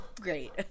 great